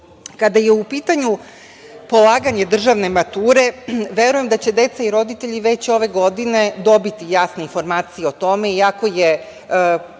je u pitanju polaganje državne mature, verujem da će deca i roditelji već ove godine dobiti jasnu informaciju o tome i ako je